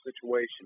situation